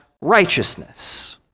righteousness